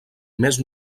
més